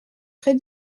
très